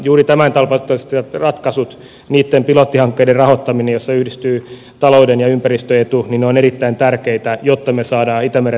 juuri tämäntapaiset ratkaisut niitten pilottihankkeiden rahoittaminen joissa yhdistyy talouden ja ympäristön etu ovat erittäin tärkeitä jotta me saamme itämeren ravinnepäästöt kuriin